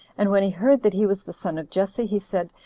and when he heard that he was the son of jesse, he said,